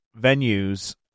venues